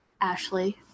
Ashley